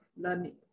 learning